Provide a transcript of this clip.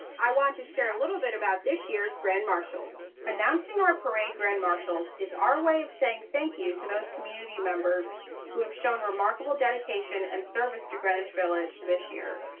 i want to share a little bit about this year's grand marshals. announcing our parade grand marshals, is our way of saying thank you to those community members who have shown remarkable dedication and service to greenwich village this year.